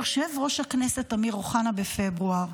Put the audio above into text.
יושב-ראש הכנסת אמיר אוחנה בפברואר: